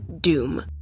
doom